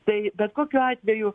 tai bet kokiu atveju